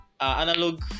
analog